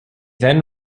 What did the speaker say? then